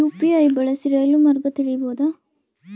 UPI ಬಳಸಿ ರೈಲು ಮಾರ್ಗ ತಿಳೇಬೋದ?